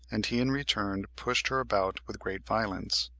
and he in return pushed her about with great violence.